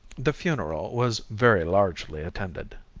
the funeral was very largely attended.